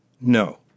No